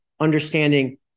understanding